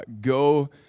go